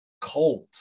cold